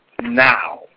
now